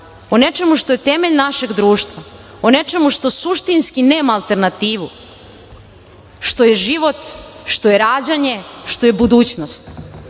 o nečemu što je temelj našeg društva, o nečemu što suštinski nema alternativu, što je život, što je rađanje, što je budućnost. Verujem